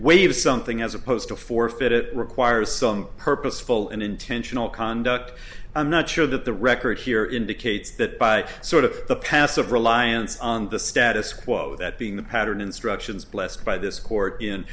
waive something as opposed to forfeit it requires some purposeful and intentional conduct i'm not sure that the record here indicates that by sort of the passive reliance on the status quo that being the pattern instructions blessed by this court